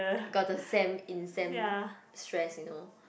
got the sem in sem stress you know